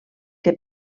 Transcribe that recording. que